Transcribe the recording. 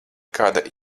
kāda